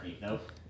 Nope